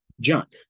junk